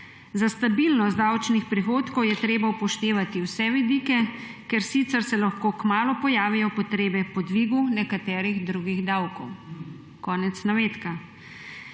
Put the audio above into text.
Za stabilnost davčnih prihodkov je treba upoštevati vse vidike, ker sicer se lahko kmalu pojavijo potrebe po dvigu nekaterih drugih davkov.« Konec navedka.